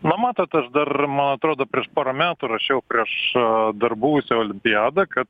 nu matot aš dar man atrodo prieš porą metų rašiau prieš a dar buvusią olimpiadą kad